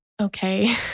Okay